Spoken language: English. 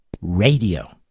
Radio